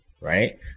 right